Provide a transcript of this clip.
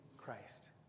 Christ